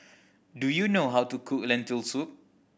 do you know how to cook Lentil Soup